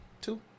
Two